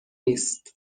نیست